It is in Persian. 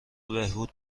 بهبود